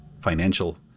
financial